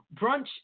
Brunch